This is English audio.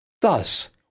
Thus